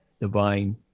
divine